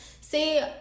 see